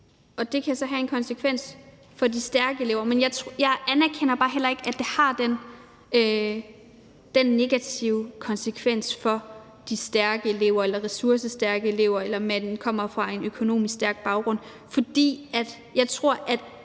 og det kan så have en konsekvens for de stærke elever. Men jeg anerkender bare heller ikke, at det har den negative konsekvens for de ressourcestærke elever eller elever, der kommer fra en økonomisk stærk baggrund,